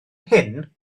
hyn